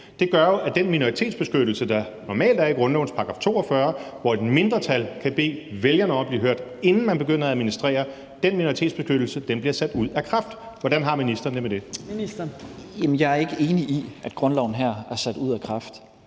Det gør jo, at den minoritetsbeskyttelse, der normalt er i grundlovens § 42, hvor et mindretal kan bede vælgerne om at blive hørt, inden man begynder at administrere, bliver sat ud af kraft. Hvordan har ministeren det med det? Kl. 15:00 Tredje næstformand (Trine Torp): Ministeren.